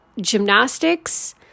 gymnastics